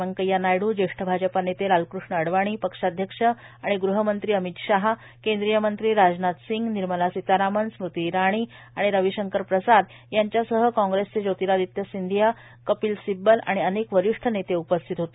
व्यंकय्या नायडू ज्येष्ठ भाजपा नेते लालकृष्ण अडवाणी पक्षाध्यक्ष आणि गृहमंत्री अमित शाह केंद्रीय मंत्री राजनाथ सिंग निर्मला सीतारामन स्मृती इराणी आणि रविशंकर प्रसाद यांच्यासह कॉग्रेसचे ज्योतिरादित्य सिंधिया कपिल सिब्बल आणि अनेक वरिष्ठ नेते उपस्थित होते